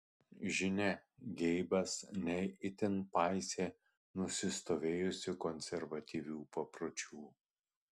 žinia geibas ne itin paisė nusistovėjusių konservatyvių papročių